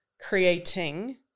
creating